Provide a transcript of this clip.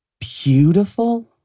beautiful